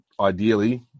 ideally